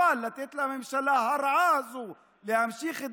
אבל כך לתת לממשלה הרעה הזו להמשיך את